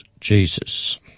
Jesus